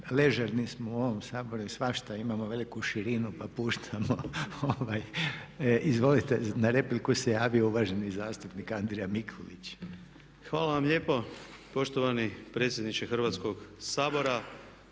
Ležerni smo u ovom Saboru i svašta, imamo veliku širinu pa puštamo. Izvolite, na repliku se javio uvaženi zastupnik Andrija Mikulić. **Mikulić, Andrija (HDZ)** Hvala vam lijepo poštovani predsjedniče Hrvatskog sabora.